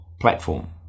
platform